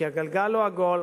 כי הגלגל הוא עגול,